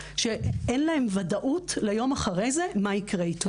שאין להן ודאות ליום שאחרי זה ומה יקרה איתו.